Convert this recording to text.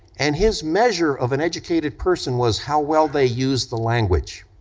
and his measure of an educated person was how well they used the language.